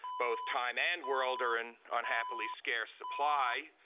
both time and world are in unhappily scarce supply.